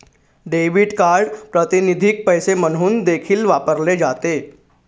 debit card प्रातिनिधिक पैसे म्हणून देखील वापरले जाते